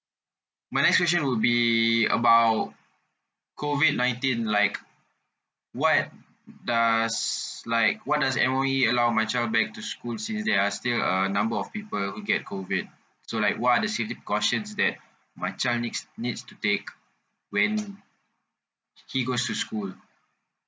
my next question would be about COVID nineteen like what does like what does M_O_E allowed my child back to school since there are still a number of people who get COVID so like what the safety precautions that my child needs needs to take when he goes to school